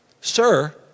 Sir